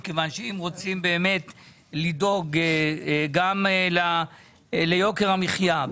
מכיוון שאם רוצים באמת לדאוג גם ליוקר המחיה,